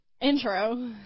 intro